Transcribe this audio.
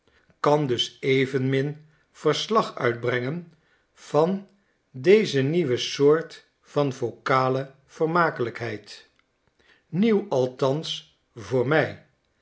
kan dus evenmin verslag uitbrengen van deze nieuwe soort van vocale vermakelijkheid nieuw althans voor my